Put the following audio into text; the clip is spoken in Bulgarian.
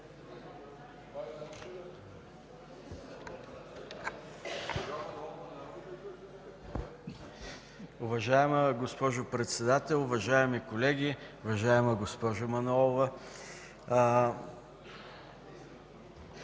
Уважаема госпожо Председател, уважаеми колеги! Уважаема госпожо Манолова,